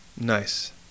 Nice